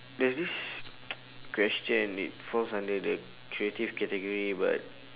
there's this question it falls under the creative category but